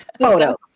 photos